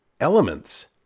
elements